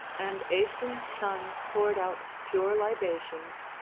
and aeson's son poured out pure libations,